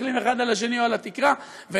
מסתכלים אחד על השני או על התקרה ונותנים